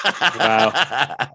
wow